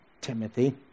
Timothy